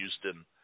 Houston